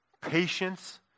Patience